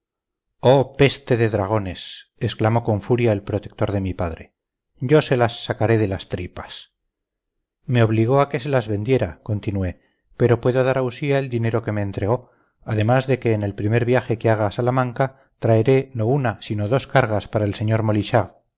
oh peste de dragones exclamó con furia el protector de mi padre yo se las sacaré de las tripas me obligó a que se las vendiera continué pero puedo dar a usía el dinero que me entregó además de que en el primer viaje que haga a salamanca traeré no una sino dos cargas para el sr